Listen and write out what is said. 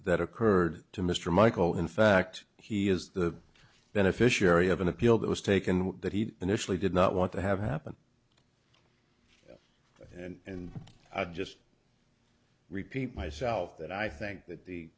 that occurred to mr michael in fact he is the beneficiary of an appeal that was taken that he initially did not want to have happen and i just repeat myself that i think that the